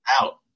out